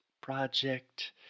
project